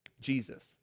Jesus